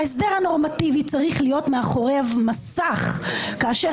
ההסדר הנורמטיבי צריך להיות מאחורי מסך כאשר